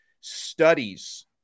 studies